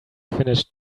finished